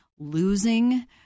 losing